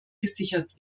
gesichert